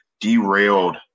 derailed